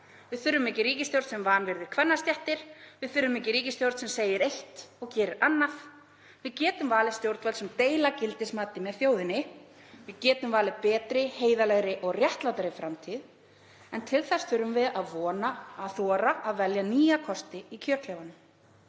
Við þurfum ekki ríkisstjórn sem vanvirðir kvennastéttir. Við þurfum ekki ríkisstjórn sem segir eitt og gerir annað. Við getum valið stjórnvöld sem deila gildismati með þjóðinni. Við getum valið betri, heiðarlegri og réttlátari framtíð en til þess þurfum við að þora að velja nýja kosti í kjörklefanum.